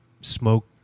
smoke